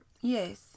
Yes